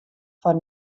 foar